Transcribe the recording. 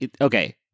okay